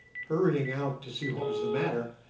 hurrying out to see what was the matter,